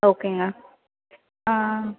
ஓகேங்க